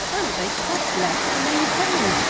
and they cost less to maintain!